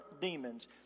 demons